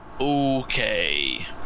Okay